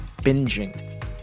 binging